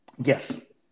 Yes